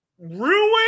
ruin